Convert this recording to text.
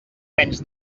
menys